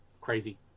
crazy